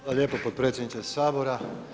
Hvala lijepo potpredsjedniče Sabora.